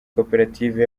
koperative